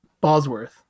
Bosworth